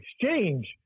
exchange